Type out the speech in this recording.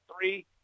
three